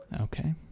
okay